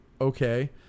Okay